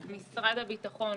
איזה נושא חדש הבאת לנו היום,